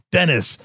Dennis